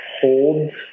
holds